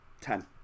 Ten